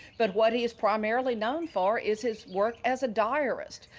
but what he is primarily known for is his work as a diarist,